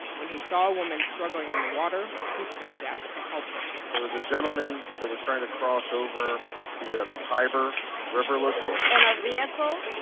when he saw a woman struggling in the water, he stepped out to help her there was a gentleman that was trying to cross over yeah the tiber river location in and a vehicle?